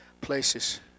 places